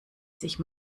sich